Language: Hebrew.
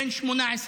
בן 18,